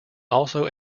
also